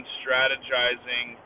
strategizing